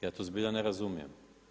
Ja to zbilja ne razumijem.